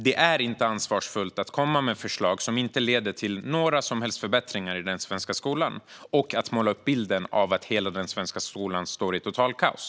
Det är inte ansvarsfullt att komma med förslag som inte leder till några som helst förbättringar i den svenska skolan och att måla upp bilden av att hela den svenska skolan står i totalt kaos.